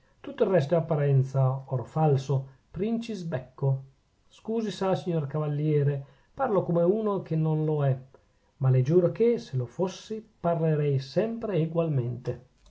tutto il resto è apparenza oro falso princisbecco scusi sa signor cavaliere parlo come uno che non lo è ma le giuro che se lo fossi parlerei sempre egualmente